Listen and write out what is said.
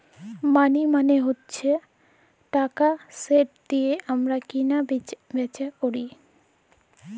মালি মালে হছে টাকা যেট দিঁয়ে আমরা কিলা বিচা ক্যরি